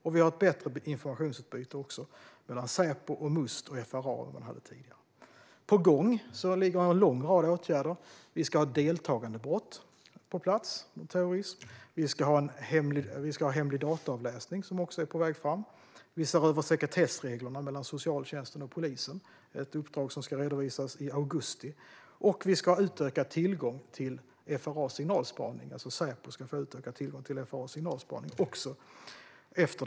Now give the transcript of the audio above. Vi har också ett bättre informationsutbyte mellan Säpo, Must och FRA än vad vi hade tidigare. Det finns dessutom en lång rad åtgärder på gång. Vi ska ha på plats ett deltagandebrott när det gäller terrorism. Vi ska ha hemlig dataavläsning, vilket är på väg. Vi ser över sekretessreglerna mellan socialtjänsten och polisen, ett uppdrag som ska redovisas i augusti, och Säpo ska få utökad tillgång till FRA:s signalspaning efter att en förundersökning har öppnats.